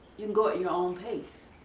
you can go at your own pace.